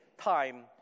time